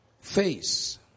face